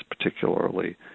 particularly